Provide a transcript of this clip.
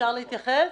אפשר להתייחס?